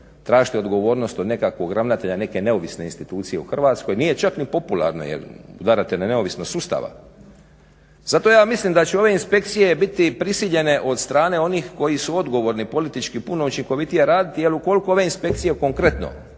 tražiti odgovornost od nekakvog ravnatelja, neke neovisne institucije u Hrvatskoj, nije čak ni popularno, jel, udarate na neovisnost sustava. Zato ja mislim da će ove inspekcije biti prisiljene od strane onih koji su odgovorni politički puno učinkovitije raditi jer ukoliko ove inspekcije konkretno